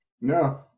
no